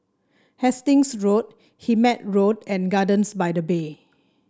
Hastings Road Hemmant Road and Gardens by the Bay